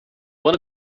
one